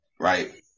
right